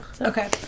Okay